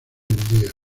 día